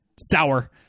sour